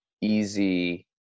easy